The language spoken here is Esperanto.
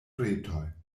retoj